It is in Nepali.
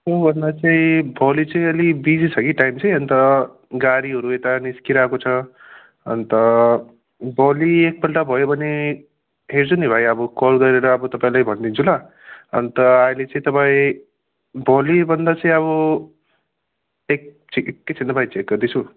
उ भन्दा चाहिँ भोलि चाहिँ अलि बिजी छ कि टाइम चाहिँ अन्त गाडीहरू यता निस्किरहेको छ अन्त भोलि एकपल्ट भयो भने हेर्छु नि भाइ अब कल गरेर अब तपाईँलाई भनिदिन्छु ल अन्त अहिले चाहिँ तपाईँ भोलि भन्दा चाहिँ अब एकछिन एकैछिन ल भाइ चेक गर्दैछु